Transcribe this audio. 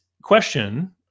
Question